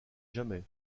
jamais